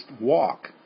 Walk